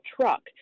truck